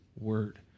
word